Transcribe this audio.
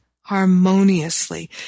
harmoniously